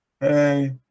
hey